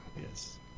Yes